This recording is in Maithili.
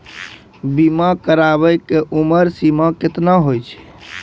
बीमा कराबै के उमर सीमा केतना होय छै?